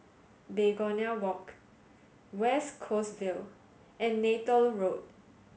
Begonia Walk West Coast Vale and Neythal Road